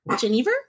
Geneva